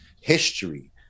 history